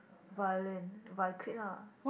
violin but I quite lah